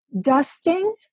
dusting